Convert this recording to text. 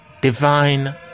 Divine